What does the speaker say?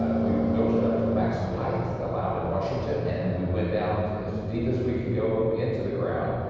um we built it up to the maximum height allowed in washington, and then we went down as deep as we could go into the ground.